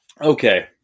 Okay